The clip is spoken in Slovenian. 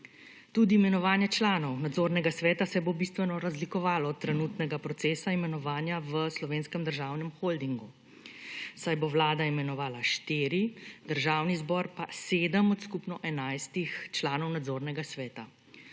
Tudi imenovanje članov nadzornega sveta se bo bistveno razlikovalo od trenutnega procesa imenovanja v Slovenskem državnem holdingu, saj bo vlada imenovala štiri, državni zbor pa 7 od skupno 11 članov nadzornega sveta.